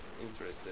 interested